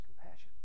compassion